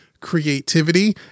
creativity